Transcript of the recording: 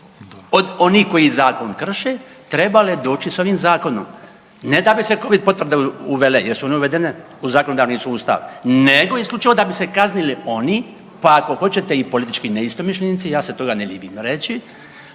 od onih koji zakon krše trebale doći s ovim zakonom, ne da bi se covid potvrde uvele jer su one uvedene u zakonodavni sustav nego isključivo da bi se kaznili oni, pa ko hoćete i politički neistomišljenici, ja se toga ne libim reći,